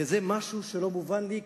וזה משהו שלא מובן לי,